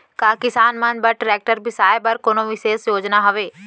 का किसान मन बर ट्रैक्टर बिसाय बर कोनो बिशेष योजना हवे?